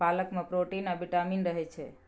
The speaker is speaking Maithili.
पालक मे प्रोटीन आ बिटामिन रहय छै